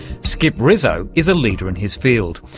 skip rizzo is a leader in his field,